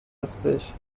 هستش